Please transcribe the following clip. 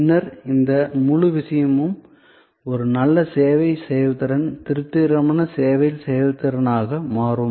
பின்னர் இந்த முழு விஷயமும் ஒரு நல்ல சேவை செயல்திறன் திருப்திகரமான சேவை செயல்திறனாக மாறும்